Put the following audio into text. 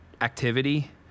activity